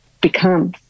become